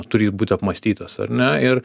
turi būti apmąstytas ar ne ir